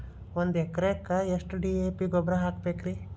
ಒಂದು ಎಕರೆಕ್ಕ ಎಷ್ಟ ಡಿ.ಎ.ಪಿ ಗೊಬ್ಬರ ಹಾಕಬೇಕ್ರಿ?